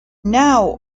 now